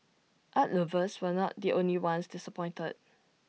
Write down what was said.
art lovers were not the only ones disappointed